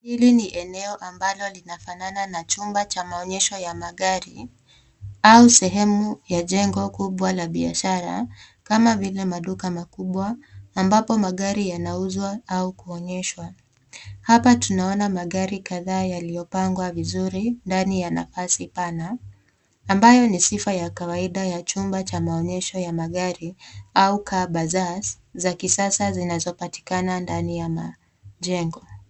Hili ni eneo ambalo linafanana na chumba cha maonyesho ya magari au sehemu ya jengo kubwa la biashara kama vile maduka makubwa ambapo magari yanauzwa au kuonyeshwa. Hapa tunaona magari kadhaa yaliyopangwa vizuri ndani ya nafasi pana ambayo ni sifa ya kawaida ya chumba cha maonyesho ya magari au car bazaars za kisasa zinazopatikana ndani ya majengo.